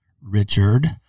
Richard